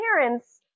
parents